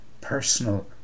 personal